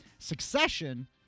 Succession